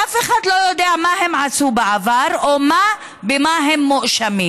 ואף אחד לא יודע מה הם עשו בעבר או במה הם מואשמים.